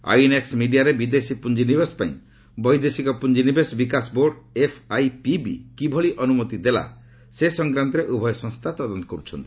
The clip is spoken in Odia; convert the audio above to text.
ଆଇଏନ୍ଏକ୍ଟ୍ ମିଡିଆରେ ବିଦେଶୀ ପୁଞ୍ଜି ନିବେଶ ପାଇଁ ବୈଦେଶିକ ପୁଞ୍ଜିନିବେଶ ବିକାଶ ବୋର୍ଡ଼ ଏଫ୍ଆଇପିବି କିଭଳି ଅନୁମତି ଦେଲା ସେ ସଂକ୍ରାନ୍ତରେ ଉଭୟ ସଂସ୍ଥା ତଦନ୍ତ କରୁଛନ୍ତି